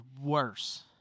worse